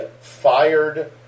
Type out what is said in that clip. fired